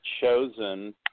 chosen